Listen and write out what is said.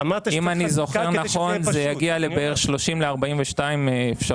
אם אני זוכר נכון זה יגיע בין 30 ל-42 אפשרויות.